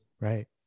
Right